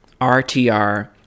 RTR